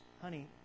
Honey